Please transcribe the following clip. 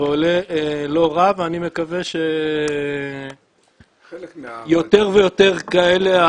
ועולה לא רע ואני מקווה שיותר ויותר כאלה,